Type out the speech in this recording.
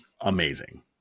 Amazing